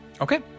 Okay